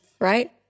right